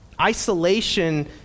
Isolation